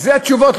אלה התשובות,